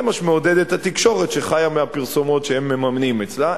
זה מה שמעודד את התקשורת שחיה מהפרסומות שהם מממנים אצלה,